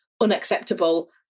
unacceptable